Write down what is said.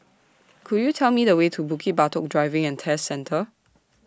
Could YOU Tell Me The Way to Bukit Batok Driving and Test Centre